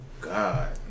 God